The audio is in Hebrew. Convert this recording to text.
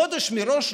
חודש מראש,